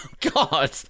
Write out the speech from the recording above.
God